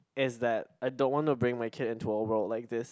is that I don't want to bring my kid into a world like this